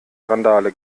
randale